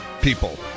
people